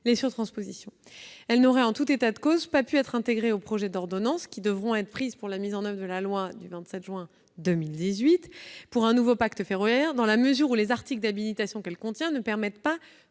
les surtranspositions. Elle n'aurait, en tout état de cause, pas pu être intégrée aux projets d'ordonnance qui devront être pris aux fins de la mise en oeuvre de la loi du 27 juin 2018 pour un nouveau pacte ferroviaire. En effet, les articles d'habilitation que celle-ci contient ne permettent pas